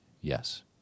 yes